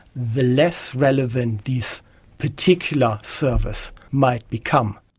the less relevant these particular services might become.